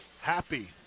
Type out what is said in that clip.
happy